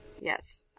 Yes